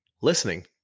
listening